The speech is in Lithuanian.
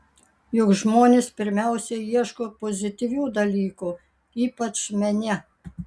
juk žmonės pirmiausia ieško pozityvių dalykų ypač mene